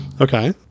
Okay